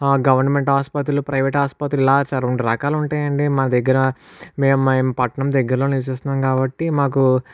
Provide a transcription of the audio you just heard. government ఆసుపత్రులు private ఆసుపత్రులు ఇలా సార్ రెండు రకాలు ఉంటాయి అండి మా దగ్గర మేము మేము పట్టణం దగ్గరలో నివసిస్తున్నాం కాబట్టి మాకు